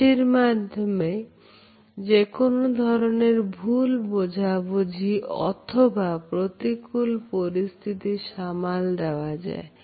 হাসির মাধ্যমে যেকোনো ধরনের ভুল বোঝাবুঝি অথবা প্রতিকূল পরিস্থিতি সামাল দেওয়া যায়